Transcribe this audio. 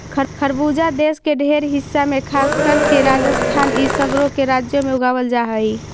खरबूजा देश के ढेर हिस्सा में खासकर के राजस्थान इ सगरो के राज्यों में उगाबल जा हई